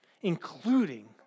including